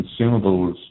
consumables